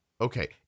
Okay